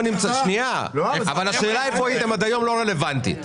השאלה "איפה הייתם עד היום" לא רלוונטית.